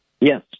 Yes